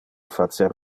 facer